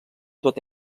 tot